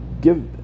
give